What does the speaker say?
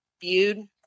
viewed